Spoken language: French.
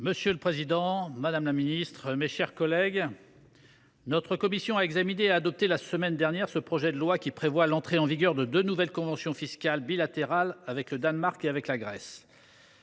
Monsieur le président, madame la secrétaire d’État, mes chers collègues, notre commission a examiné et adopté, la semaine dernière, ce projet de loi qui prévoit l’entrée en vigueur de deux nouvelles conventions fiscales bilatérales, l’une avec le Danemark, l’autre avec la Grèce.